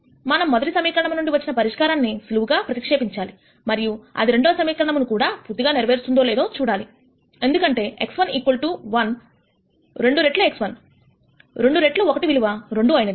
మనం మొదటి సమీకరణము నుండి వచ్చిన పరిష్కారాన్ని సులువుగా ప్రతిక్షేపించాలి మరియు అది రెండవ సమీకరణమను కూడా పూర్తిగా నెరవేరుస్తుందో లేదో చూడాలి ఎందుకంటే x1 1 2 రెట్లు x1 2 రెట్లు 1 విలువ 2 అయినది